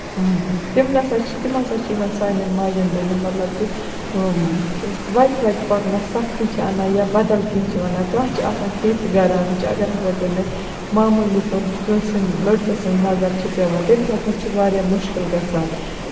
تِم نسا چھِ تِم ہسا چھِ یِمن سانیٚن ماجیٚن بیٚنین مطلب کہِ وتہِ وتہِ پَکنَس سختی چھِ اَنان یا بدل کیٚنٛہہ چھِ وَنن کانٛہہ چھِ آسان تِتھۍ گرٛانٕچ اَگر ہسا تٔمِس معموٗلی کُن کٲنٛسہِ لڑکہٕ سٕنٛز نَظر چھِ پیٚوان تٔمِس ہسا چھِ واریاہ مُشکِل گژھان